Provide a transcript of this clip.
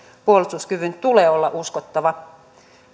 puolustuskyvyn tulee olla uskottava